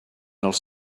els